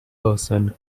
person